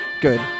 Good